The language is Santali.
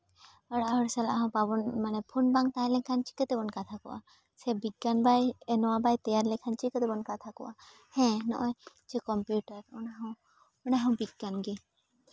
ᱚᱲᱟᱜ ᱦᱚᱲ ᱥᱟᱞᱟᱜ ᱦᱚᱸ ᱵᱟᱵᱚᱱ ᱢᱟᱱᱮ ᱯᱷᱳᱱ ᱵᱟᱝ ᱛᱟᱦᱮᱸ ᱞᱮᱱᱠᱷᱟᱱ ᱪᱤᱠᱟᱹ ᱛᱮᱵᱚᱱ ᱠᱟᱛᱷᱟ ᱠᱚᱜᱼᱟ ᱥᱮ ᱵᱤᱜᱽᱜᱟᱱ ᱵᱟᱭ ᱱᱚᱣᱟ ᱵᱟᱭ ᱛᱮᱭᱟᱨ ᱞᱮᱠᱷᱟᱱ ᱪᱤᱠᱟᱹ ᱛᱮᱵᱚᱱ ᱠᱟᱛᱷᱟ ᱠᱚᱜᱼᱟ ᱦᱮᱸ ᱱᱚᱜᱼᱚᱭ ᱡᱮ ᱠᱚᱢᱯᱤᱭᱩᱴᱟᱨ ᱚᱱᱟ ᱦᱚᱸ ᱵᱤᱜᱽᱜᱟᱱ ᱜᱮ